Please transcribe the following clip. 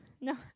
No